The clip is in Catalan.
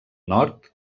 nord